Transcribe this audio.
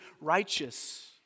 righteous